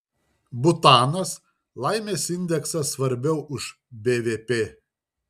butanas laimės indeksas svarbiau už bvp